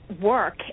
work